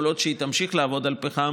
וכל עוד היא תמשיך לעבוד על פחם,